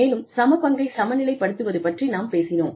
மேலும் சம பங்கை சமநிலைப்படுத்துவது பற்றி நாம் பேசினோம்